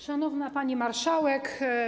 Szanowna Pani Marszałek!